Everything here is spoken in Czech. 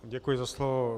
Děkuji za slovo.